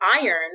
iron